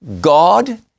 God